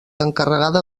encarregada